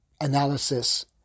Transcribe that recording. analysis